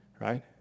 Right